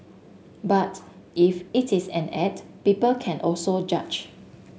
but if it is an act people can also judge